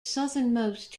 southernmost